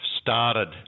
started